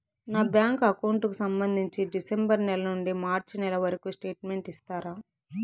నా bank account కు సంబంధించి డిసెంబరు నెల నుండి మార్చి నెలవరకు స్టేట్మెంట్ ఇస్తారా?